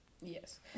yes